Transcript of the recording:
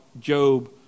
Job